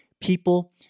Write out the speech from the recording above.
People